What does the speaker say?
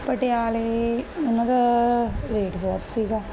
ਪਟਿਆਲੇ ਉਹਨਾਂ ਦਾ ਰੇਟ ਬਹੁਤ ਸੀਗਾ